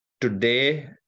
Today